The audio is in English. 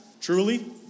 truly